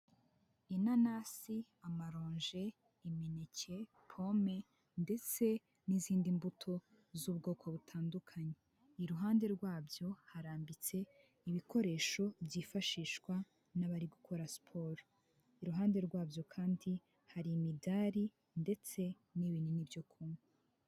Inanasi, amaronji, imineke, pome, ndetse n'izindi mbuto z'ubwoko butandukanye, iruhande rwabyo harambitse ibikoresho byifashishwa n'abari gukora siporo, iruhande rwabyo kandi hari imidari ndetse n'ibinini byo kunywa.